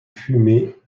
fumer